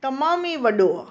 तमामु ई वॾो आहे